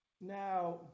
Now